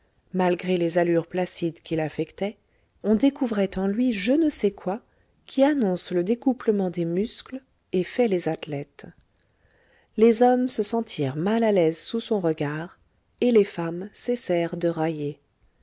malgré les allures placides qu'il affectait on découvrait en lui je ne sais quoi qui annonce le découplement des muscles et fait les athlètes les hommes se sentirent mal à l'aise sous son regard et les femmes cessèrent de railler